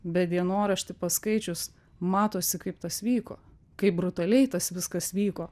bet dienoraštį paskaičius matosi kaip tas vyko kaip brutaliai tas viskas vyko